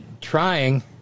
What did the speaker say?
trying